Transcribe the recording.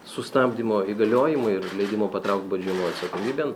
sustabdymo įgaliojimai ir leidimo patraukti baudžiamojon atsakomybėn